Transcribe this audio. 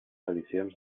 edicions